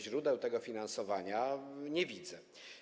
Źródeł tego finansowania nie widzę.